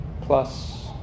plus